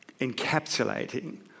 encapsulating